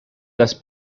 las